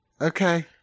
okay